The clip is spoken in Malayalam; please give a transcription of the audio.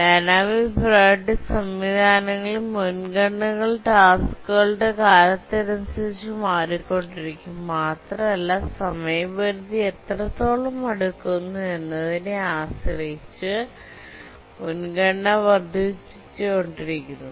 ഡൈനാമിക് പ്രിയോറിറ്റി സംവിധാനങ്ങളിൽ മുൻഗണനകൾ ടാസ്കുകളുടെ കാലത്തിനനുസരിച്ച് മാറിക്കൊണ്ടിരിക്കും മാത്രമല്ല സമയപരിധി എത്രത്തോളം അടുക്കുന്നു എന്നതിനെ ആശ്രയിച്ച് മുൻഗണന വർദ്ധിച്ചുകൊണ്ടിരിക്കുന്നു